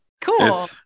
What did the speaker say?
Cool